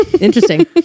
interesting